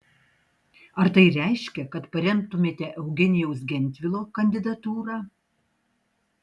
ar tai reiškia kad paremtumėte eugenijaus gentvilo kandidatūrą